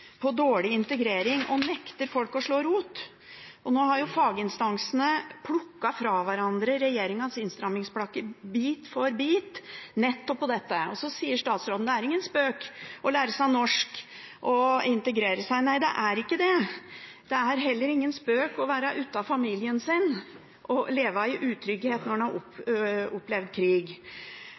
på dårlig integrering. De nekter folk å slå rot. Nå har faginstansene plukket fra hverandre regjeringens innstrammingspakke bit for bit, nettopp når det gjelder dette. Så sier statsråden at det er ingen spøk å lære seg norsk og integreres. Nei, det er ikke det. Det er heller ingen spøk å være uten familien sin og leve i utrygghet når en har opplevd krig.